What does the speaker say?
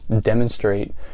Demonstrate